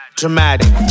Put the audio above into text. dramatic